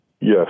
Yes